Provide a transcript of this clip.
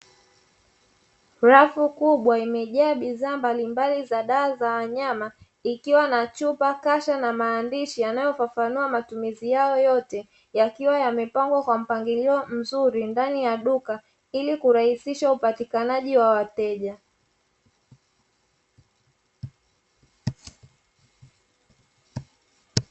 Rafu kubwa imejaa bidhaa mbalimbali za dawa za wanyama, ikiwa na chupa, kasha na maandishi yanayofafanua matumizi yao yote, yakiwa yamepangwa kwa mpangilio mzuri ndani ya duka, ili kurahisisha upatikanaji wa wateja.